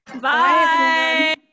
Bye